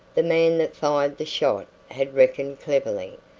the man that fired the shot had reckoned cleverly,